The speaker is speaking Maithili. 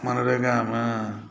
मनरेगामे